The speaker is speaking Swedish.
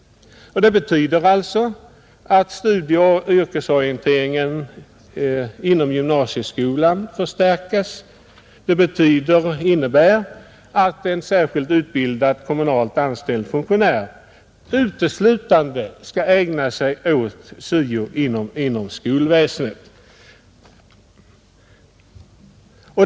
Det betyder alltså att studieoch yrkesorienteringen inom gymnasieskolan förstärkes. Det innebär att en särskilt utbildad kommunalt anställd funktionär uteslutande skall ägna sig åt syo inom skolväsendet.